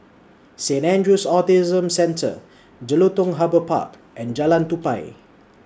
Saint Andrew's Autism Centre Jelutung Harbour Park and Jalan Tupai